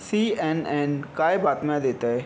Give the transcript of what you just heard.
C N N काय बातम्या देतं आहे